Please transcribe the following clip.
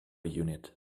unit